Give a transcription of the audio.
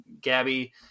gabby